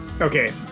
Okay